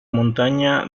montaña